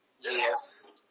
Yes